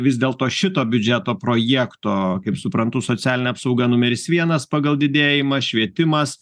vis dėlto šito biudžeto projekto kaip suprantu socialinė apsauga numeris vienas pagal didėjimą švietimas